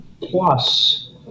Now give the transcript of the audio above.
plus